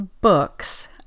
books